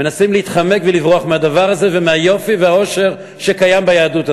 מנסים להתחמק ולברוח מהדבר הזה ומהיופי והעושר שקיימים ביהדות הזו.